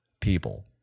people